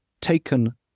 Taken